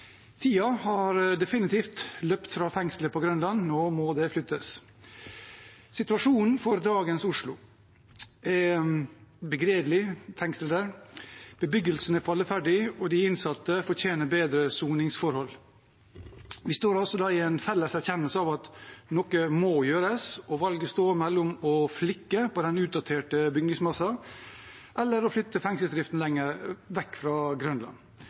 har definitivt løpt fra fengslet på Grønland. Nå må det flyttes. Situasjonen for dagens fengsel i Oslo er begredelig. Bebyggelsen er falleferdig, og de innsatte fortjener bedre soningsforhold. Vi står altså i en felles erkjennelse av at noe må gjøres, og valget står mellom å flikke på den utdaterte bygningsmassen, eller å flytte fengselsdriften lenger vekk fra Grønland.